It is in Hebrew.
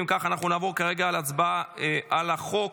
אם כך, נעבור כרגע להצבעה על החוק.